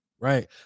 Right